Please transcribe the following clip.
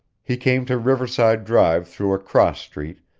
he came to riverside drive through a cross street,